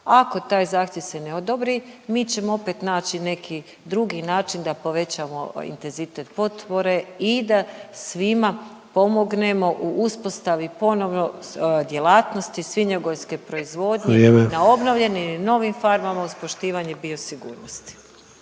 Ako taj zahtjev se ne odobri mi ćemo opet naći neki drugi način da povećamo intenzitet potpore i da svima pomognemo u uspostavi ponovno djelatnosti svinjogojske proizvodnje …/Upadica Sanader: Vrijeme./… na obnovljenim novim farmama uz poštivanje biosigurnosti.